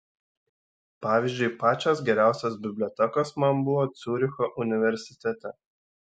pavyzdžiui pačios geriausios bibliotekos man buvo ciuricho universitete